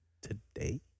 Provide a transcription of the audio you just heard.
today